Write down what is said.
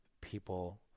people